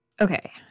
Okay